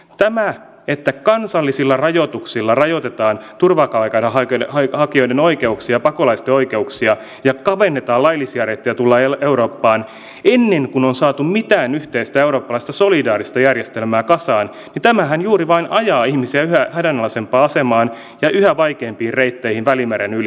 tämä että kansallisilla rajoituksilla rajoitetaan turvapaikanhakijoiden ja pakolaisten oikeuksia ja kavennetaan laillisia reittejä tulla eurooppaan ennen kuin on saatu mitään yhteistä eurooppalaista solidaarista järjestelmää kasaan tämähän juuri vain ajaa ihmisiä yhä hädänalaisempaan asemaan ja yhä vaikeampiin reitteihin välimeren yli